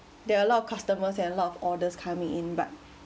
there are a lot of customers and a lot of orders coming in but